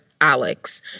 Alex